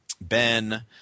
Ben